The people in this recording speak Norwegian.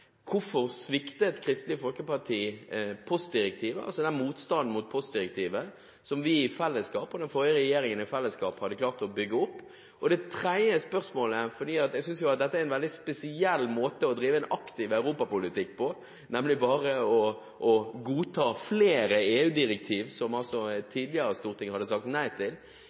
Hvorfor sviktet Kristelig Folkeparti postdirektivet, altså den motstanden mot postdirektivet som vi og den forrige regjeringen i fellesskap hadde klart å bygge opp? Og det tredje spørsmålet – for jeg synes at dette er en veldig spesiell måte å drive aktiv europapolitikk på, nemlig å godta flere EU-direktiver som et tidligere storting har sagt nei til: